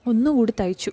ഒന്നുകൂടി തയ്ച്ചു